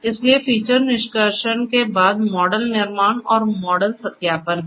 इसलिए फीचर निष्कर्षण के बाद मॉडल निर्माण और मॉडल सत्यापन है